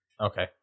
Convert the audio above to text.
Okay